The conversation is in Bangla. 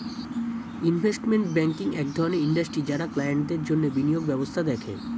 ইনভেস্টমেন্ট ব্যাঙ্কিং এক ধরণের ইন্ডাস্ট্রি যারা ক্লায়েন্টদের জন্যে বিনিয়োগ ব্যবস্থা দেখে